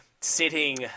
sitting